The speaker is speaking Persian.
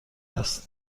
است